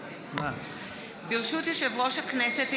ברשות יושב-ראש הכנסת,